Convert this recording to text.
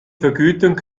vergütung